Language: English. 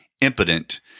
impotent